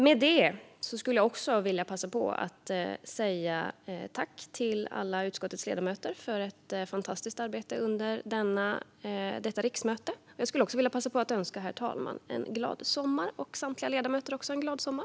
Jag skulle vilja passa på att säga tack till alla utskottets ledamöter för ett fantastiskt arbete under detta riksmöte. Jag skulle också vilja passa på att önska herr talmannen och samtliga ledamöter en glad sommar.